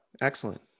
excellent